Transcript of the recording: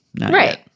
Right